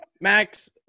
Max